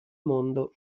mondo